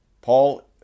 Paul